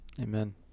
Amen